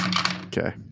Okay